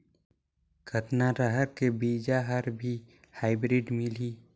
कतना रहर के बीजा हर भी हाईब्रिड मिलही?